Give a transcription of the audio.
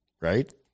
Right